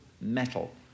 metal